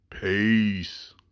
Peace